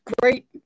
great